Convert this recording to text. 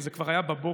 זה כבר היה בבוקר,